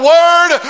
Word